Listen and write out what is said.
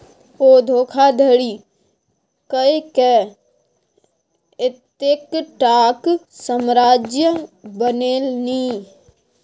ओ धोखाधड़ी कय कए एतेकटाक साम्राज्य बनेलनि